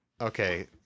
Okay